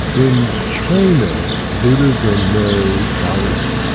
in china, buddhism married taoism,